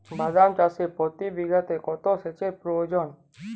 বাদাম চাষে প্রতি বিঘাতে কত সেচের প্রয়োজন?